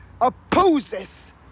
opposes